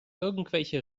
irgendwelche